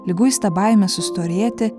liguista baimė sustorėti